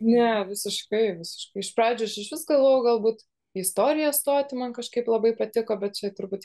ne visiškai visiškai iš pradžių aš vis galvojau galbūt istoriją stoti man kažkaip labai patiko bet čia turbūt